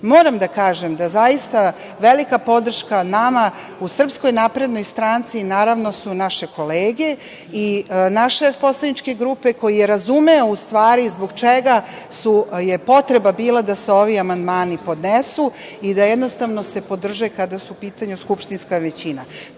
liste. Moram da kažem da zaista velika podrška nama u SNS su naravno naše kolege i naše poslaničke grupe koji je razumeo u stvari zbog čega je potreba bila da se ovi amandmani podnesu i da jednostavno se podrže kada je u pitanju skupštinska većina.